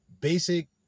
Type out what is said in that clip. Basic